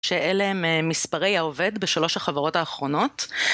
שאלה הם מספרי העובד בשלוש החברות האחרונות